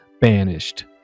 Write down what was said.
banished